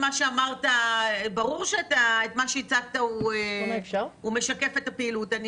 ברור שמה שהצגת הוא משקף את הפעילות.